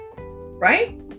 right